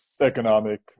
economic